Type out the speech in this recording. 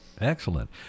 Excellent